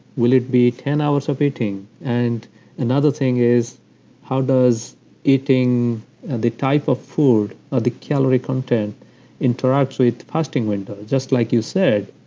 will it be ten hours of eating? and another thing is how does eating the type of food, or the calorie content interacts with the fasting window? just like you said,